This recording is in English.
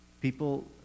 People